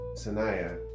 Sanaya